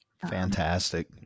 Fantastic